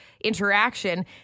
interaction